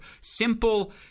simple